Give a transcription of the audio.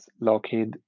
Lockheed